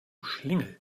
schlingel